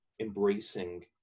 embracing